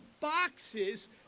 boxes